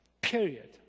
Period